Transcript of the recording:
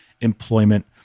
employment